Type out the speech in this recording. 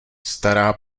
stará